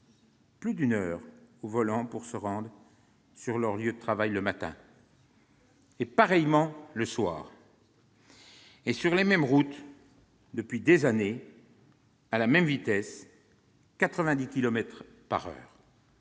plus d'une heure au volant pour se rendre sur leur lieu de travail le matin- pareillement le soir -, et ce sur les mêmes routes, depuis des années, à la même vitesse : 90 kilomètres par heure.